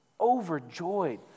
overjoyed